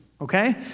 Okay